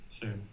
Sure